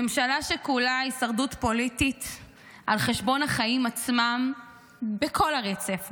ממשלה שכולה הישרדות פוליטית על חשבון החיים עצמם בכל הרצף,